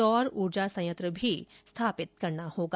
सौर ऊर्जा संयंत्र भी स्थापित करना होगा